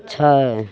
छै